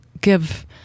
give